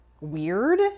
weird